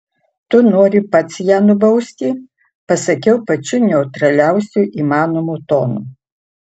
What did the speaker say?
tu nori pats ją nubausti pasakiau pačiu neutraliausiu įmanomu tonu